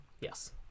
yes